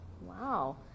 Wow